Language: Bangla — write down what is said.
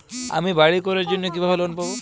আমি বাড়ি করার জন্য কিভাবে লোন পাব?